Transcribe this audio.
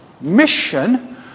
mission